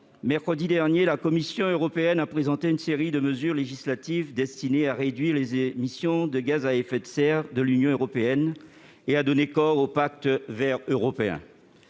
mercredi dernier, la Commission européenne a présenté une série de mesures législatives destinées à réduire les émissions de gaz à effet de serre de l'Union européenne et à donner corps au Pacte vert européen.